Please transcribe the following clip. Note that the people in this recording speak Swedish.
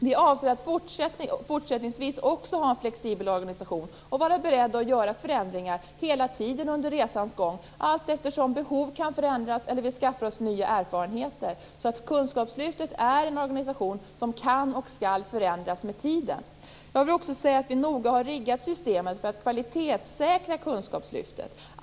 Vi avser att också fortsättningsvis ha en flexibel organisation och vara beredda att göra förändringar hela tiden under resans gång allteftersom behov kan förändras eller att vi skaffar oss nya erfarenheter. Kunskapslyftet är en organisation som kan och skall förändras med tiden. Jag vill också säga att vi noga har riggat systemet för att kvalitetssäkra kunskapslyftet.